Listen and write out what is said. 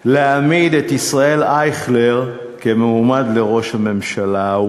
להעמיד את ישראל אייכלר כמועמד לראש הממשלה.